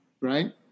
right